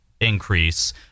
increase